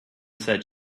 said